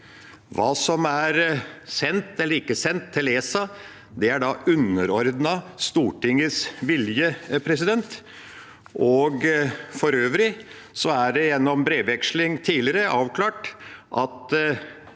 Hva som er sendt eller ikke sendt til ESA, er da underordnet Stortingets vilje. For øvrig er det gjennom brevveksling tidligere avklart at